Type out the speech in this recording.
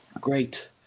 Great